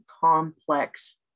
complex